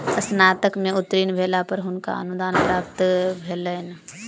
स्नातक में उत्तीर्ण भेला पर हुनका अनुदान प्राप्त भेलैन